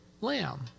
lamb